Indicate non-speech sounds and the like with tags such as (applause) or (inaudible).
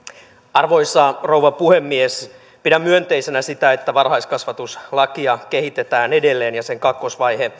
arvoisa rouva puhemies pidän myönteisenä sitä että varhaiskasvatuslakia kehitetään edelleen ja sen kakkosvaihe (unintelligible)